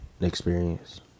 experience